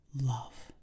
Love